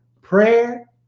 Prayer